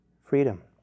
freedom